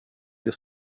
blir